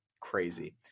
crazy